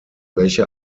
welche